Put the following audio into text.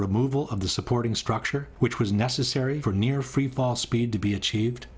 removal of the supporting structure which was necessary for near free fall speed to be achieved